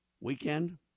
weekend